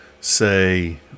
say